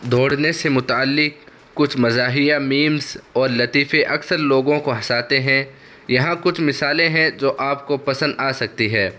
دوڑنے سے متعلق کچھ مزاحیہ میمس اور لطیفے اکثر لوگوں کو ہنساتے ہیں یہاں کچھ مثالیں ہیں جو آپ کو پسند آ سکتی ہے